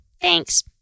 thanks